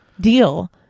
deal